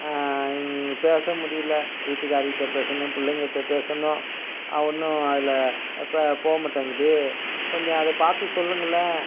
இங் பேச முடியல வீட்டுக்காரிகிட்ட பேசணும் பிள்ளைங்கட்ட பேசணும் ஒன்றும் அதில் போக மாட்டேங்குது கொஞ்சம் அதை பார்த்து சொல்லுங்களேன்